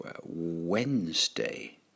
Wednesday